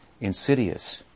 insidious